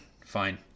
fine